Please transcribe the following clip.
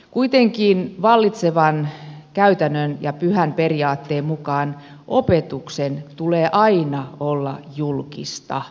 kuitenkin vallitsevan käytännön ja pyhän periaatteen mukaan opetuksen tulee aina olla julkista